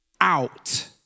out